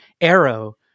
arrow